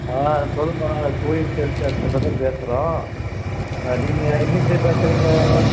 ஆ சொல்லுங்கம்மா டூரிஸ்ட் இடத்துலேருந்தான் பேசுகிறோம் ஆ நீங்கள் எங்கேருந்து பேசுறிங்க